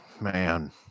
man